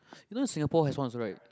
you know Singapore has once right